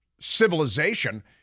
civilization